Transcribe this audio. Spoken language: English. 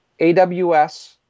AWS